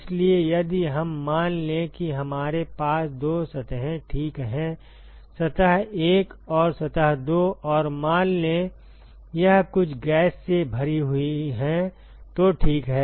इसलिए यदि हम मान लें कि हमारे पास दो सतहें ठीक हैं सतह 1 और सतह 2 और मान लें कि यह कुछ गैस से भरी हुई है तो ठीक है